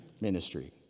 ministry